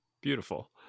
Beautiful